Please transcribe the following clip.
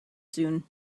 soon